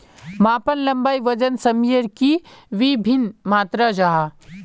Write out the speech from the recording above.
मापन लंबाई वजन सयमेर की वि भिन्न मात्र जाहा?